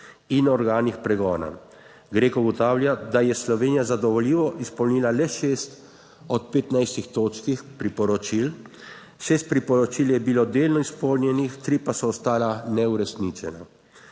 in organih pregona. Greco ugotavlja, da je Slovenija zadovoljivo izpolnila le šest od 15 točk priporočil. 6 priporočil je bilo delno izpolnjenih, 3 pa so ostala neuresničena.